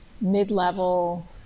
mid-level